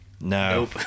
Nope